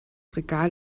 regal